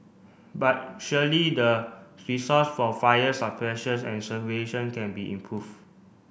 but surely the resource for fire and can be improve